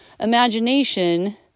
imagination